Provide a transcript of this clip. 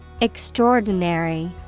Extraordinary